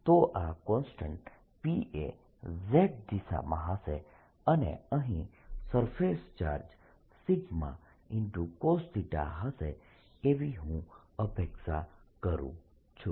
તો આ constant P એ z દિશામાં હશે અને અહીં સરફેસ ચાર્જ σcos હશે એવી હું અપેક્ષા કરું છું